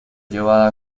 llevada